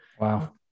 Wow